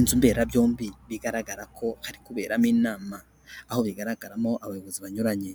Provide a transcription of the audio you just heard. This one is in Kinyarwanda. Inzu mberabyombi, bigaragara ko hari kuberamo inama. Aho bigaragaramo abayobozi banyuranye.